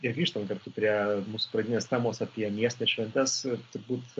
ir grįžtant kartu prie mūsų pradinės temos apie miesto šventes turbūt